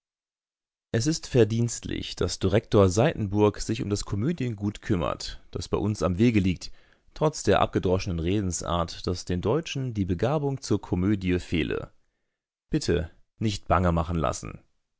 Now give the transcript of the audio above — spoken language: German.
es ist verdienstlich daß direktor saitenburg sich um das komödiengut kümmert das bei uns am wege liegt trotz der abgedroschenen redensart daß den deutschen die begabung zur komödie fehle bitte nicht bangemachen lassen